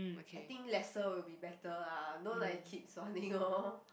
I think lesser will be better lah not like keep suaning orh